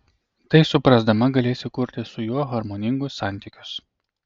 tai suprasdama galėsi kurti su juo harmoningus santykius